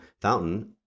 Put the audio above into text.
Fountain